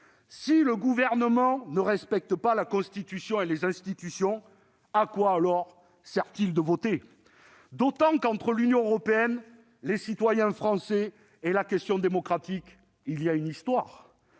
si le Gouvernement ne respecte pas la Constitution et les institutions, à quoi sert-il de voter ? En outre, entre l'Union européenne, les citoyens français et la question démocratique, il y a déjà une histoire.